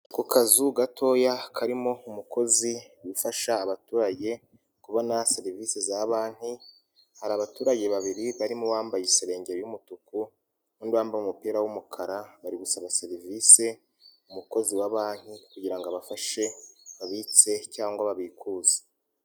Ku kazu gatoya karimo umukozi ufasha abaturage kubona serivisi za banki, hari abaturage babiri barimo uwambaye isengeri y'umutuku n'uwambaye umupira w'umukara, bari gusaba serivisi umukozi wa banki kugira ngo abafashe babitse cyangwa babikuze.